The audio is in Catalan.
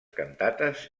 cantates